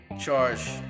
charge